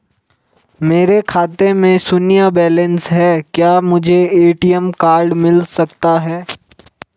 मेरे खाते में शून्य बैलेंस है क्या मुझे ए.टी.एम कार्ड मिल सकता है?